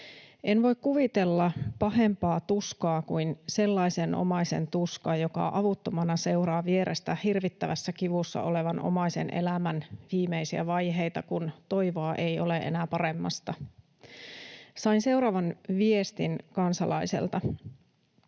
En voi kuvitella pahempaa tuskaa kuin sellaisen omaisen tuska, joka avuttomana seuraa vierestä hirvittävässä kivussa olevan omaisen elämän viimeisiä vaiheita, kun toivoa ei ole enää paremmasta. Sain seuraavan viestin kansalaiselta: